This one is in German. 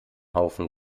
haufen